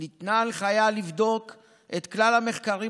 ניתנה הנחיה עד כה לבדוק את כלל המחקרים